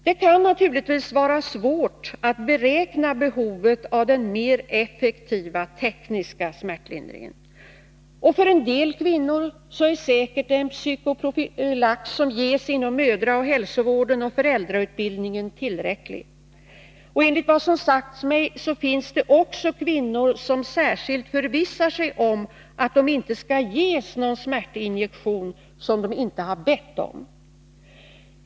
Det kan naturligtvis vara svårt att beräkna behovet av den mer effektiva tekniska smärtlindringen, och för vissa kvinnor är säkert den psykoprofylax som ges inom mödraoch hälsovården och föräldrautbildningen tillräcklig. Enligt vad som sagts mig finns det också kvinnor som särskilt förvissar sig om att det inte skall ges någon smärtinjektion som de inte har bett om.